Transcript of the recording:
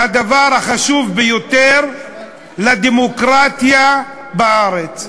והדבר החשוב ביותר לדמוקרטיה בארץ,